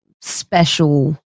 special